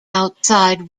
outside